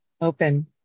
open